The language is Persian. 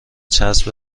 چسب